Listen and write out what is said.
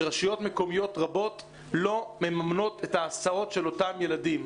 שרשויות מקומיות רבות לא מממנות את ההסעות של אותם ילדים.